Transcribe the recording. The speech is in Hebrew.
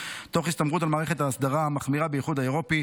תוך הסתמכות על מערכת האסדרה המחמירה באיחוד האירופי,